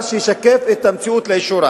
בו.